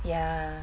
ya